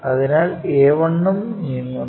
അതിനാൽ a1 ഉം നീങ്ങുന്നു